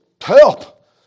help